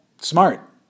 Smart